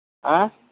آں